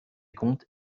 comptes